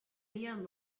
neon